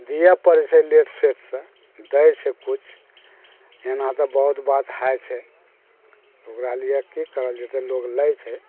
दियऽ पड़ै छै लेट सेट सऽ दै छै किछु एना तऽ बहुत बात होइ छै ओकरा लियऽ की करल जेतै लोग लै छै